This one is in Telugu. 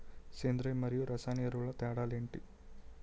సేంద్రీయ మరియు రసాయన ఎరువుల తేడా లు ఏంటి?